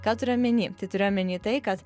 ką turiu omeny tai turiu omeny tai kad